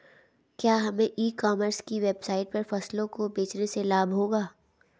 क्या हमें e commerce की वेबसाइट पर फसलों को बेचने से लाभ होगा?